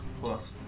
plus